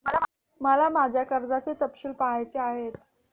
मला माझ्या कर्जाचे तपशील पहायचे आहेत